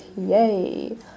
Yay